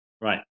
Right